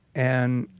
and,